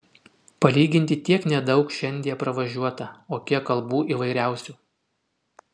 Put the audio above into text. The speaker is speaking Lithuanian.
palyginti tiek nedaug šiandie pravažiuota o kiek kalbų įvairiausių